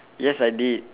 yes I did